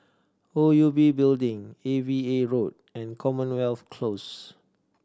O U B Building A V A Road and Commonwealth Close